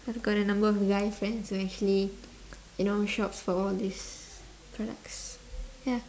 I've got a number of guy friends who actually you know shops for all these products ya